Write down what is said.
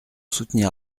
soutenir